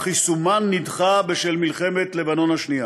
אך יישומן נדחה בשל מלחמת לבנון השנייה.